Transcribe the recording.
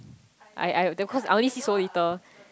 I I then cause I only see so little